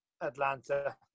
Atlanta